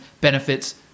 benefits